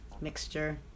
mixture